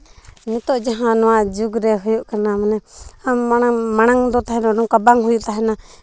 ᱱᱤᱛᱚᱜ ᱡᱟᱦᱟᱸ ᱱᱚᱣᱟ ᱡᱩᱜᱽᱨᱮ ᱦᱩᱭᱩᱜ ᱠᱟᱱᱟ ᱢᱟᱱᱮ ᱟᱢ ᱢᱟᱲᱟᱝ ᱢᱟᱲᱟᱝ ᱫᱚ ᱛᱟᱦᱮᱱᱟ ᱱᱚᱝᱠᱟ ᱵᱟᱝ ᱦᱩᱭᱩᱜ ᱛᱟᱦᱮᱱᱟ